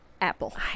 Apple